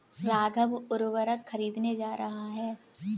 राघव उर्वरक खरीदने जा रहा है